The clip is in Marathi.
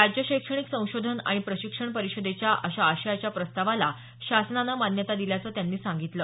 राज्य शैक्षणिक संशोधन आणि प्रशिक्षण परिषदेच्या अशा आशयाच्या प्रस्तावाला शासनानं मान्यता दिल्याचं त्यांनी सांगितलं